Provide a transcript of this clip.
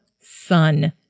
Sun